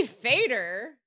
fader